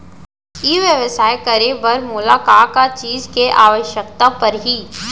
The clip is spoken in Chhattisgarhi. ई व्यवसाय करे बर मोला का का चीज के आवश्यकता परही?